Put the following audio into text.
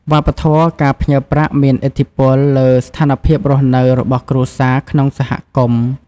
វប្បធម៌ការផ្ញើប្រាក់មានឥទ្ធិពលលើស្ថានភាពរស់នៅរបស់គ្រួសារក្នុងសហគមន៍។